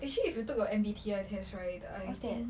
actually if you took your M_B_T_I test right I think